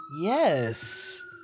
Yes